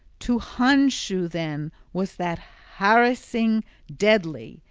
to hondscio then was that harassing deadly,